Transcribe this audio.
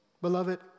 Beloved